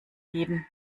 geben